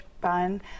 bun